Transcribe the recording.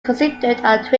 considered